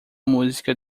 música